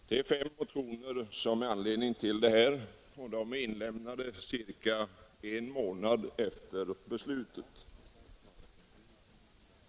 Det är fem motioner som föranleder detta, och de är inlämnade cirka en månad efter beslutet.